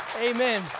Amen